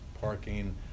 parking